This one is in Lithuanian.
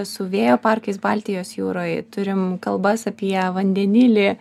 su vėjo parkais baltijos jūroj turim kalbas apie vandenilį